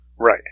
Right